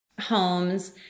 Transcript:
homes